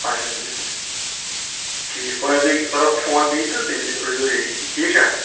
اچھا تُلو ٹھیٖک پانژھِ دُہۍ کَرو بہٕ فون بیٚیہِ تہٕ تیٚلہِ روزیو ریڑی ٹھیٖک چھا